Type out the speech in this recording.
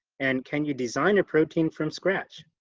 and can you design a protein from scratch?